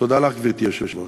תודה לך, גברתי היושבת-ראש.